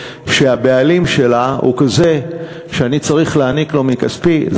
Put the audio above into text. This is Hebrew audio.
שהבעלים שלה הוא כזה שאני צריך להעניק לו מכספי.